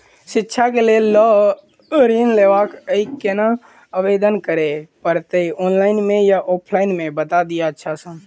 शिक्षा केँ लेल लऽ ऋण लेबाक अई केना आवेदन करै पड़तै ऑनलाइन मे या ऑफलाइन मे बता दिय अच्छा सऽ?